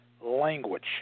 language